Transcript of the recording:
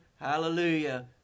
Hallelujah